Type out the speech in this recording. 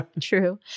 True